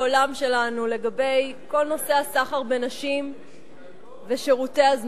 נושא הסחר בנשים ושירותי הזנות.